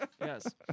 Yes